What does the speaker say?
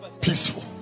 peaceful